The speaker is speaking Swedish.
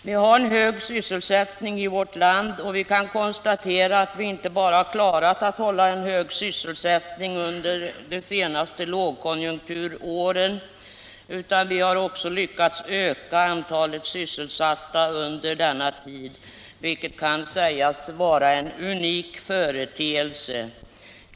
Vi har en hög sysselsättning i vårt land, och vi kan konstatera att vi inte bara klarat att hålla en hög sysselsättning under de senaste lågkonjunkturåren utan också har lyckats öka antalet sysselsatta under denna tid, vilket kan sägas vara en unik företeelse.